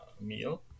meal